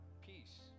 peace